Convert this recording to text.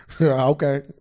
Okay